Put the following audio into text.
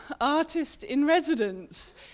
artist-in-residence